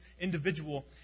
individual